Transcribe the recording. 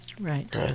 Right